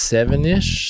Seven-ish